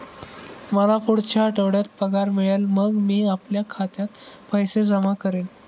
मला पुढच्या आठवड्यात पगार मिळेल मग मी आपल्या खात्यात पैसे जमा करेन